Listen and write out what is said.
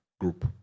group